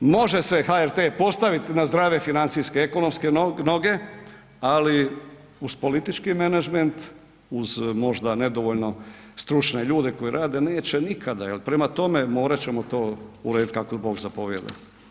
Može se HRT postaviti na zdrave financijske ekonomske noge, ali uz politički menadžment, uz možda nedovoljno stručne ljude koji rade neće nikada jer prema tome, morat ćemo to urediti kako Bog zapovijeda.